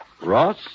Ross